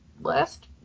last